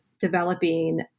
developing